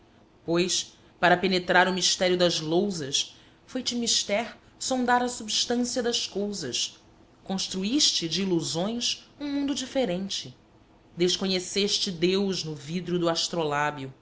pois para penetrar o mistério das lousas foi te mister sondar a substância das cousas construíste de ilusões um mundo diferente desconheceste deus no vidro do astrolábio